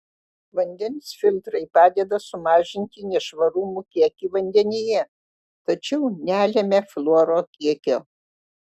vandens filtrai padeda sumažinti nešvarumų kiekį vandenyje tačiau nelemia fluoro kiekio